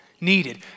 needed